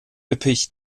üppig